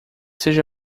seja